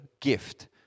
gift